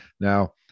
Now